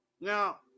Now